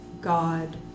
God